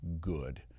good